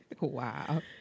Wow